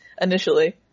initially